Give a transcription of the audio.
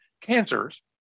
cancers